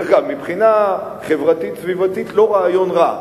דרך אגב, מבחינה חברתית סביבתית זה לא רעיון רע.